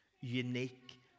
unique